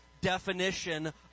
definition